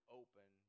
open